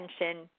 attention